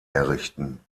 errichten